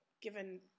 given